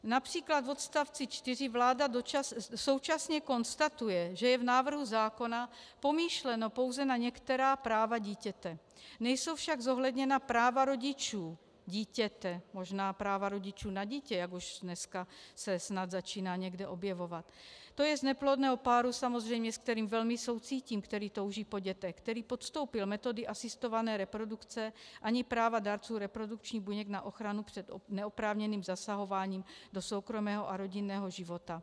Například v odst. 4 vláda současně konstatuje, že je v návrhu zákona pomýšleno pouze na některá práva dítěte, nejsou však zohledněna práva rodičů dítěte možná práva rodičů na dítě, jak už dneska se snad začíná někde objevovat to jest neplodného páru, samozřejmě se kterým velmi soucítím, který touží po dětech, který podstoupil metody asistované reprodukce, ani práva dárců reprodukčních buněk na ochranu před neoprávněným zasahováním do soukromého a rodinného života.